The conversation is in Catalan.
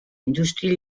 indústria